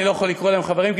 אני לא יכול לקרוא להם חברים,